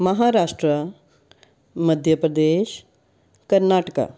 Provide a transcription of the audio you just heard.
Maharashtra Madhya Pradesh Karnataka